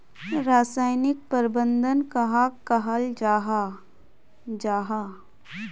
रासायनिक प्रबंधन कहाक कहाल जाहा जाहा?